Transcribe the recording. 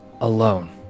alone